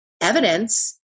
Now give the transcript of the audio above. evidence